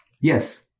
Yes